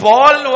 Paul